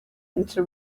into